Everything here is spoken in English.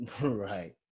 Right